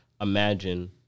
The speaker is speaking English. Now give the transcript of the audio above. imagine